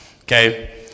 Okay